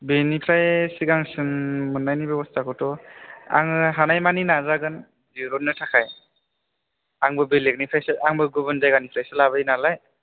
बेनिफ्राइ सिगांसिन मोननायनि बेब'स्थाखौथ' आङो हानायमानि नाजागोन दिरुनो थाखाय आंबो बेलेकनिफ्रायसो आंबो गुबुन जायगानिफ्रायसो लाबोयो नालाय